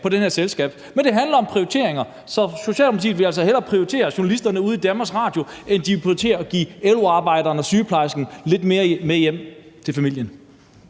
på den her selskabsskat. Men det handler om prioriteringer, og Socialdemokratiet vil altså hellere prioritere journalisterne ude i Danmarks Radio, end de vil prioritere at give LO-arbejderen og sygeplejersken lidt mere med hjem til familien.